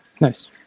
Nice